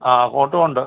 ആ ഫോട്ടോ ഉണ്ട്